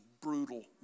brutal